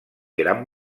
gran